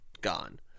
Gone